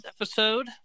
episode